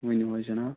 ؤنِو حظ جناب